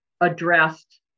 addressed